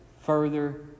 further